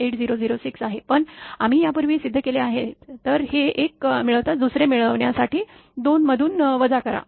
8006 आहे पण आम्ही यापूर्वी सिद्ध केले आहे तर ते एक मिळताच दुसरे मिळवण्या साठी 2 माधुन वजा करा